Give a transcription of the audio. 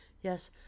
Yes